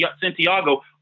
Santiago